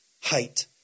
height